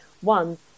One